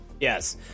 Yes